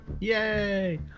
Yay